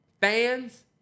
fans